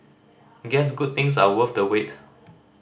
guess good things are worth the wait